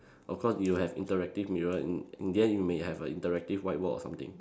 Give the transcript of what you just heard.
of course you will have interactive mirror and in the end you may have a interactive whiteboard or something